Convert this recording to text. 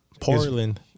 Portland